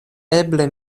eble